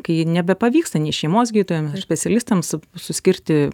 kai nebepavyksta nei šeimos gydytojam specialistams suskirti